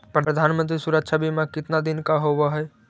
प्रधानमंत्री मंत्री सुरक्षा बिमा कितना दिन का होबय है?